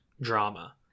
drama